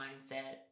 mindset